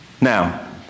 Now